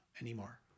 anymore